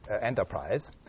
enterprise